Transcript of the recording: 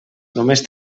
només